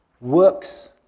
works